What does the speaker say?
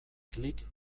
klik